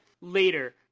later